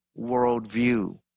worldview